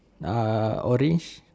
uh orange